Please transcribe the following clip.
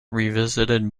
revisited